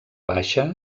baixa